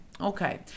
okay